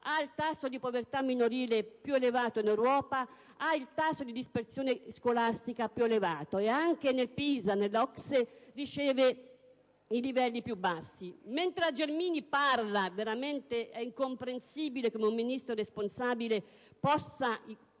ha il tasso di povertà minorile più elevato in Europa, ha il tasso di dispersione scolastica più elevato e anche nei dati OCSE-PISA riceve i livelli più bassi. Mentre la Gelmini parla - ed è veramente incomprensibile come un Ministro responsabile possa farlo,